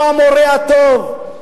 הוא המורה הטוב,